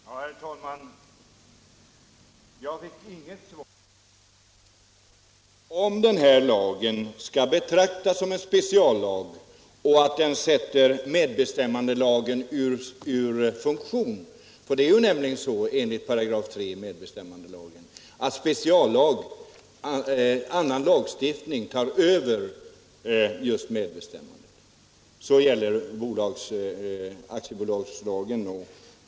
Herr talman! Jag fick inget svar på frågan om den här lagen skall betraktas som en speciallag och om den sätter medbestämmandelagen ur funktion. Det är nämligen så enligt medbestämmandelagens 3 § att annan lagstiftning tar över. Det gäller t.ex. aktiebolagslagen.